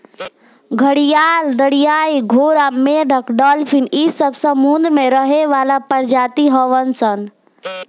घड़ियाल, दरियाई घोड़ा, मेंढक डालफिन इ सब समुंद्र में रहे वाला प्रजाति हवन सन